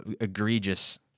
egregious